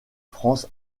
france